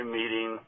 meeting